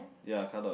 ya car door is